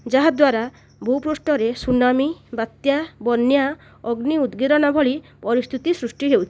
ଯାହାଦ୍ୱାରା ଭୁପୃଷ୍ଠରେ ସୁନାମି ବାତ୍ୟା ବନ୍ୟା ଅଗ୍ନି ଉଦଗୀରଣ ଭଳି ପରିସ୍ଥିତି ସୃଷ୍ଟି ହେଉଛି